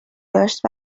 داشت